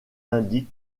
indique